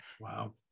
wow